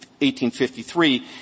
1853